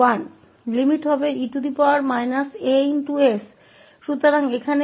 तो लिमिट होगी बस e asजैसा हो